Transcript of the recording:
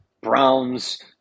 Browns